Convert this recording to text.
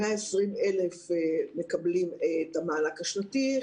120,000 מקבלים את המענק השנתי,